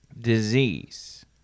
disease